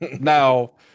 now